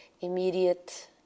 immediate